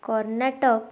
Karnataka